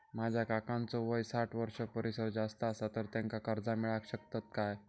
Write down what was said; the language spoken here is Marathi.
माझ्या काकांचो वय साठ वर्षां परिस जास्त आसा तर त्यांका कर्जा मेळाक शकतय काय?